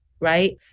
right